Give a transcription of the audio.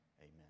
amen